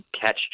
catch